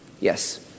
yes